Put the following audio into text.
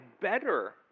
better